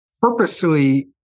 purposely